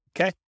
Okay